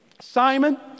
Simon